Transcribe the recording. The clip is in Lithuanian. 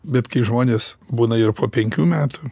bet kai žmonės būna ir po penkių metų